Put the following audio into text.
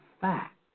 fact